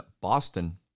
Boston